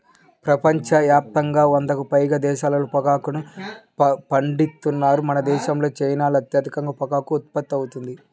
ప్రపంచ యాప్తంగా వందకి పైగా దేశాల్లో పొగాకుని పండిత్తన్నారు మనదేశం, చైనాల్లో అధికంగా పొగాకు ఉత్పత్తి అవుతుంది